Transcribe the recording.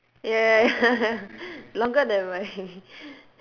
ya ya ya longer than my